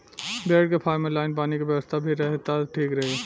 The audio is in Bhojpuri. भेड़ के फार्म में लाइन पानी के व्यवस्था भी रहे त ठीक रही